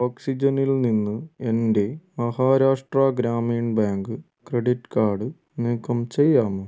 ഓക്സിജനിൽ നിന്ന് എൻ്റെ Maharashtra Gramin bank credit card നീക്കം ചെയ്യാമോ